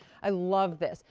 i love this.